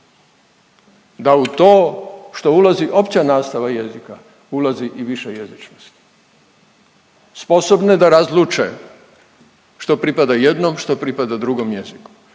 Da u to što ulazi opća nastava jezika ulazi i višejezičnost, sposobne da razluče što pripada jednom, što pripada drugom jeziku